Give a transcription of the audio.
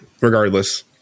regardless